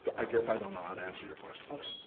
i guess i don't know how to answer your question. okay,